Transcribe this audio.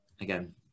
Again